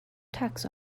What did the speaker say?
tax